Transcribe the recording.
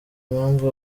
mpamvu